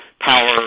power